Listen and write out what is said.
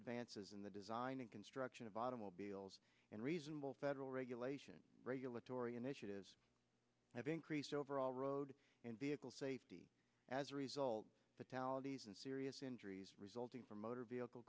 advances in the design and construction of automobiles and reasonable federal regulation regulatory initiatives have increased overall road and vehicle safety as a result the tallies and serious injuries resulting from motor vehicle